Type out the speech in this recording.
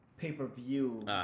pay-per-view